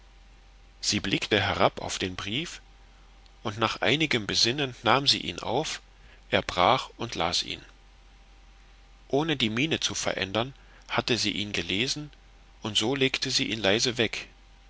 sie blickte herab auf den brief und nach einigem besinnen nahm sie ihn auf erbrach und las ihn ohne die miene zu verändern hatte sie ihn gelesen und so legte sie ihn leise weg